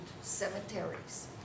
cemeteries